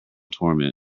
torment